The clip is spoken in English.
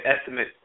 estimate